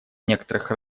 некоторых